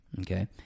okay